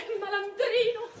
malandrino